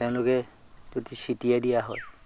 তেওঁলোকক যদি ছিটিয়াই দিয়া হয়